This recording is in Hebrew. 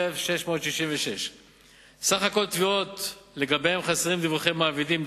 20,666. סך התביעות שלגביהן חסרים דיווחי מעבידים,